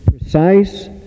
precise